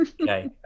Okay